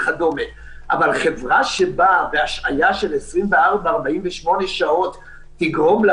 אבל חברה שבאה והשהייה של 24 48 שעות תגרום לה